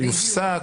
יופסק,